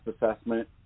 assessment